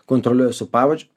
kontroliuoju su pavadžiu